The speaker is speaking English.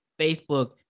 Facebook